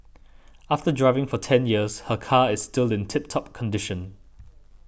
after driving for ten years her car is still in tip top condition